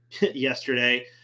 yesterday